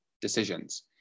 decisions